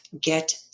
get